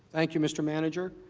thank you mr. manager